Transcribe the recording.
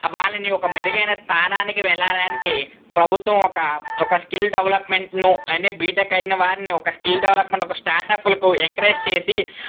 వాళ్ళని ఒక మెరుగైన స్థానానికి వెళ్ళడానికి ప్రభుత్వం ఒక ఒక స్కిల్ డెవలప్మెంట్ను అని బీటెక్ అయిన వాళ్ళని స్కిల్ డెవలప్మెంట్ ఒక స్టార్ట్అప్లకు ఎంకరేజ్ చేసి